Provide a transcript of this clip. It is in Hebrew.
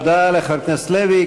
תודה לחבר הכנסת לוי.